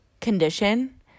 condition